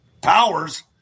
powers